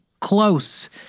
close